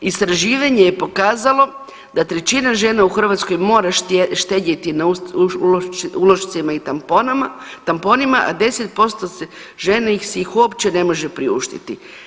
Istraživanje je pokazalo da trećina žena u Hrvatskoj mora štedjeti na ulošcima i tamponima, a 10% se žena ih se uopće ne može priuštiti.